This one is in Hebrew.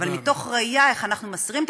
אבל מתוך ראייה איך אנחנו מסירים את